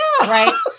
Right